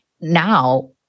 Now